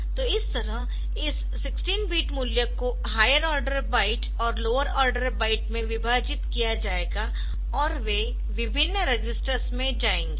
तो इस तरह इस 16 बिट मूल्य को हायर आर्डर बाइट और लोअर आर्डर बाइट में विभाजित किया जाएगा और वे विभिन्न रजिस्टर्स में जाएंगे